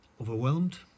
overwhelmed